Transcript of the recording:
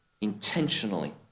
intentionally